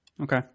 Okay